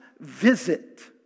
visit